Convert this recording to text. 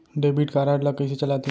Debit card ला कइसे चलाते?